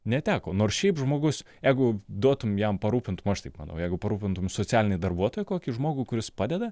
neteko nors šiaip žmogus jeigu duotum jam parūpint nu aš taip manau jeigu parūpintum socialinį darbuotoją kokį žmogų kuris padeda